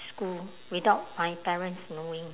school without my parents knowing